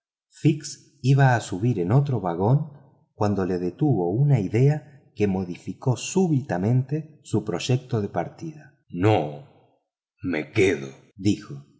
iba a subir en otro vagón cuando lo detuvo una idea que modificó súbitamente su proyecto de partida no me quedo dijo